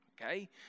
okay